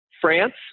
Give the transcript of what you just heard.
France